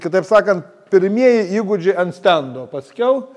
kitaip sakant pirmieji įgūdžiai ant stendo paskiau